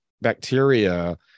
bacteria